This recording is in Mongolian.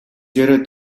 яриад